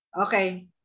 okay